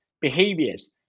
behaviors